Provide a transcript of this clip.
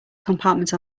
compartment